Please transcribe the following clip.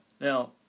now